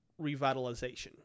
revitalization